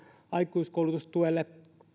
aikuiskoulutustuelle